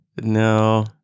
No